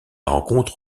rencontre